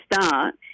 start